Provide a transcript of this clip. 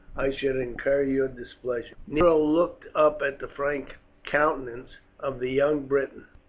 i should incur your displeasure. nero looked up at the frank countenance of the young briton.